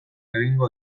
egingo